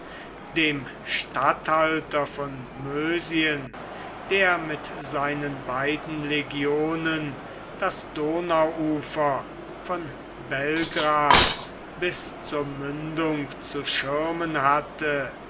dem statthalter von mösien der mit seinen beiden legionen das donauufer von belgrad bis zur mündung zu schirmen hatte